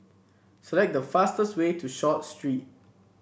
select the fastest way to Short Street